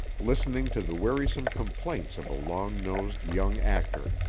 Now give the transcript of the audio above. listening to the wearisome complaints of a long-nosed young actor.